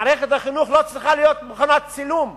מערכת החינוך לא צריכה להיות מכונת צילום,